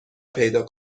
پیدا